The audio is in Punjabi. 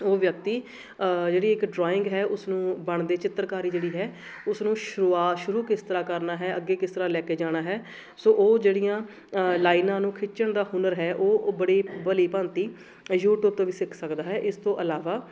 ਉਹ ਵਿਅਕਤੀ ਜਿਹੜੀ ਇੱਕ ਡਰਾਇੰਗ ਹੈ ਉਸਨੂੰ ਬਣਦੇ ਚਿੱਤਰਕਾਰੀ ਜਿਹੜੀ ਹੈ ਉਸ ਨੂੰ ਸ਼ੁਰੂਆ ਸ਼ੁਰੂ ਕਿਸ ਤਰ੍ਹਾਂ ਕਰਨਾ ਹੈ ਅੱਗੇ ਕਿਸ ਤਰਾਂ ਲੈ ਕੇ ਜਾਣਾ ਹੈ ਸੋ ਉਹ ਜਿਹੜੀਆਂ ਲਾਈਨਾਂ ਨੂੰ ਖਿੱਚਣ ਦਾ ਹੁਨਰ ਹੈ ਉਹ ਉਹ ਬੜੀ ਭਲੀ ਭਾਂਤੀ ਯੂਟਿਊਬ ਤੋਂ ਵੀ ਸਿੱਖ ਸਕਦਾ ਹੈ ਇਸ ਤੋਂ ਇਲਾਵਾ